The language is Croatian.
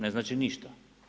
Ne znači ništa.